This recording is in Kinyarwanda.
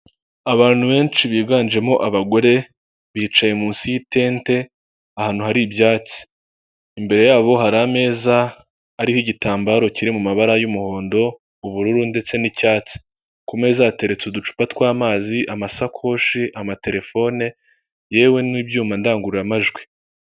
Abantu benshi biganjemo abagore bicaye munsi y'itente ahantu hari ibyatsi, imbere yabo hari ameza ariho igitambaro kiri mu mabara y'umuhondo ubururu ndetse n'icyatsi, ku meza hateretse uducupa twa'amazi amasakoshi amaterefone yewe n'ibyuma ndangururamajwi.